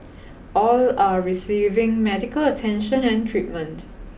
all are receiving medical attention and treatment